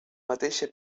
mateixa